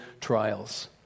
trials